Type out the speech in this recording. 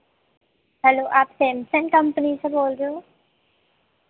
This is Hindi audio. हैलो आप सैमसंग कंपनी से बोल रहे हो